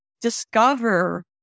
discover